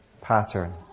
pattern